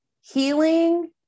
healing